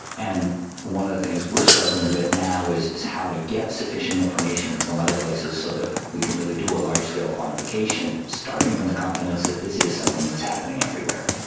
and one of the things we are struggling with now is is how to get sufficient information from other places so that we can really do a large-scale quantification, starting from the confidence that this is something that is happening everywhere.